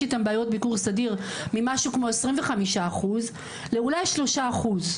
איתם בעיות ביקור סדיר ממשהו כמו 25 אחוז לאולי שלושה אחוז.